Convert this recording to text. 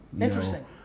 Interesting